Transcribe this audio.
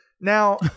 Now